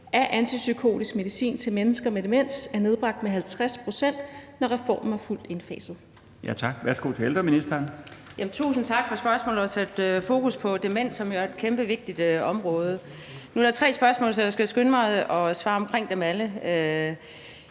af antipsykotisk medicin til mennesker med demens er nedbragt med 50 pct., når reformen er fuldt indfaset?